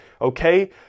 okay